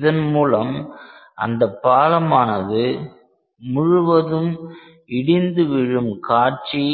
இதன் மூலம் அந்த பாலமானது முழுவதும் இடிந்துவிழும் காட்சி